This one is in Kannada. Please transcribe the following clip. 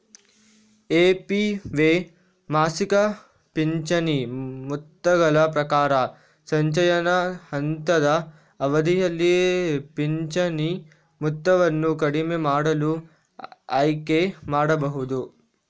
ಎ.ಪಿ.ವೈ ಮಾಸಿಕ ಪಿಂಚಣಿ ಮೊತ್ತಗಳ ಪ್ರಕಾರ, ಸಂಚಯನ ಹಂತದ ಅವಧಿಯಲ್ಲಿ ಪಿಂಚಣಿ ಮೊತ್ತವನ್ನು ಕಡಿಮೆ ಮಾಡಲು ಆಯ್ಕೆ ಮಾಡಬಹುದು